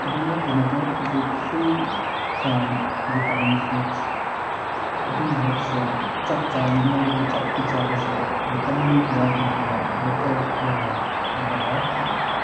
ꯑꯗꯨꯉꯥꯛꯇ ꯅꯠꯇꯦ ꯍꯧꯖꯤꯛ free from vitamin fruits ꯑꯗꯨꯒꯨꯝꯕꯗꯨꯁꯦ ꯆꯥꯛ ꯆꯥꯕ ꯃꯣꯏꯒꯤ ꯆꯥꯛ ꯄꯤꯖꯕꯁꯦ ꯚꯤꯇꯥꯃꯤꯟ ꯌꯥꯎꯗꯕꯤꯅ ꯂꯣꯀꯦꯜ ꯑꯣꯏꯅ ꯄꯤꯕ ꯇꯥꯏ